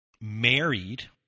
married